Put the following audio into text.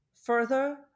further